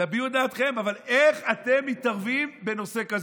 תביעו את דעתכם, אבל איך אתם מתערבים בנושא כזה?